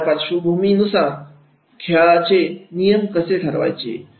आणि या पार्श्वभूमिनुसार खेळामध्ये नियम कसे ठेवायचे